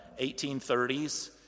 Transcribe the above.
1830s